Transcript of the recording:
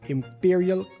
Imperial